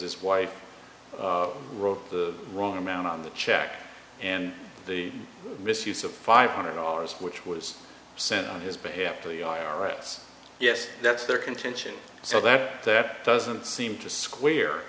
his wife wrote the wrong amount on the check and the misuse of five hundred dollars which was sent on his behalf to the i r s yes that's their contention so that that doesn't seem to square